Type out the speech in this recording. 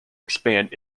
expand